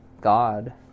God